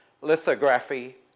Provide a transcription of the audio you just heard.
lithography